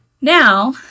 Now